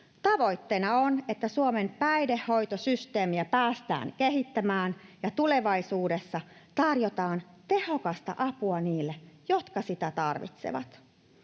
Tavoitteena on, että Suomen päihdehoitosysteemiä päästään kehittämään ja tulevaisuudessa tarjotaan tehokasta apua niille, jotka sitä tarvitsevat.